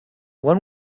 when